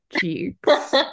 cheeks